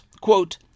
quote